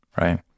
right